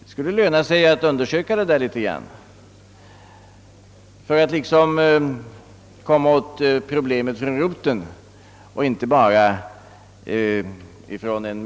Det skulle löna sig att något undersöka den saken för att liksom komma åt problemet från roten och inte bara mera ytligt.